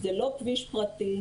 זה לא כביש פרטי,